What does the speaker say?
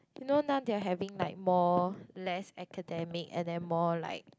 you know now they're having like more less academic and then more like